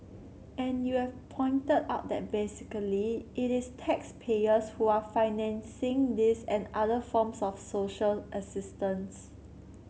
and you have pointed out that basically it is taxpayers who are financing this and other forms of social assistance